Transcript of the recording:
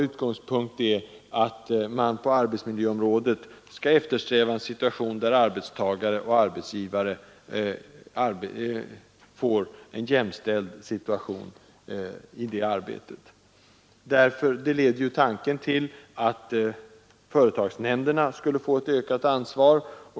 Utgångspunkten är att man på arbetsmiljöområdet skall eftersträva en situation där arbetstagare och arbetsgivare blir jämställda. Det leder tanken till att företagsnämnderna får ett ökat ansvar.